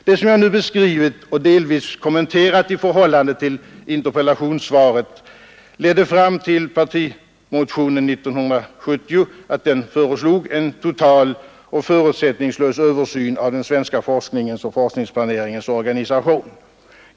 Det som jag nu beskrivit och delvis kommenterat i förhållande till interpellationssvaret ledde fram till partimotionen år 1970, i vilken föreslogs en total och förutsättningslös översyn av den svenska forskningens och forskningsplaneringens organisation.